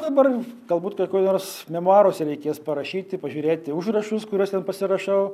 dabar galbūt kokioj nors memuaruose reikės parašyti pažiūrėti užrašus kuriuos ten pasirašau